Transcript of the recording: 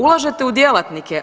Ulažete u djelatnike.